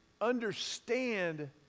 understand